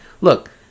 look